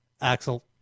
Axel